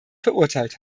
verurteilt